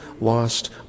lost